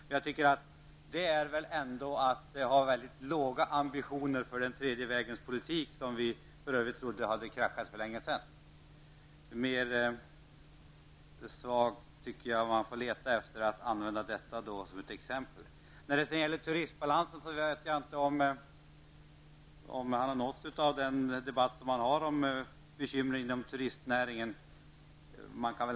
Men detta är väl ändå att ha väldigt låga ambitioner beträffande tredje vägens politik, som vi för övrigt trodde hade kraschat för länge sedan. Svagare exempel än detta tycker jag man får leta efter. Beträffande turistbalansen: Jag vet inte om Roland Sundgren har nåtts av den debatt som pågår om bekymren inom turistnäringen.